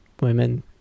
women